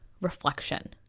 reflection